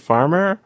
Farmer